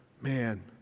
Man